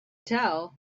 tell